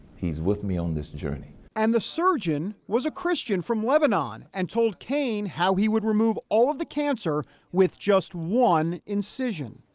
he's with me on this journey. and the surgeon was a christian from lebanon and told cain how he would remove all the cancer with just one incision.